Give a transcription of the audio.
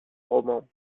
roman